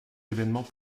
événements